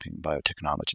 biotechnology